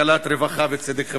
וכלכלת רווחה וצדק חברתי.